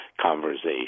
conversation